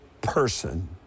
person